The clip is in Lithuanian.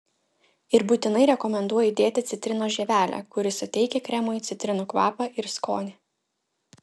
ir būtinai rekomenduoju dėti citrinos žievelę kuri suteikia kremui citrinų kvapą ir skonį